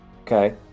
Okay